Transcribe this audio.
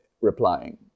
replying